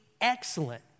excellent